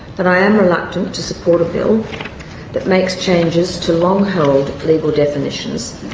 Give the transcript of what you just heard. but i am reluctant to support a bill that makes changes to long held legal definitions,